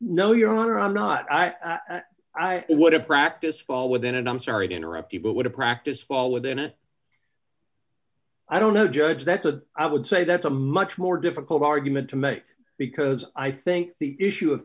no your honor i'm not i i would have practice fall within and i'm sorry to interrupt you but would a practice fall within it i don't know judge that's a i would say that's a much more difficult argument to make because i think the issue of